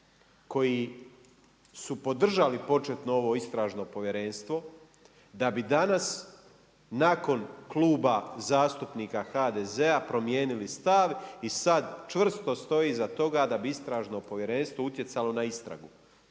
koji su podržali početno ovo Istražno povjerenstvo da bi danas nakon Kluba zastupnika HDZ-a promijenili stav i sada čvrsto stoji iza toga da bi istražno povjerenstvo utjecalo na istragu.